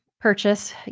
purchase